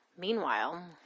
Meanwhile